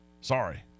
sorry